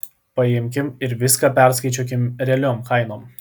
paimkim ir viską perskaičiuokim realiom kainom